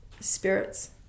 spirits